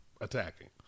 attacking